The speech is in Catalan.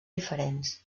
diferents